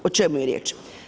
O čemu je riječ?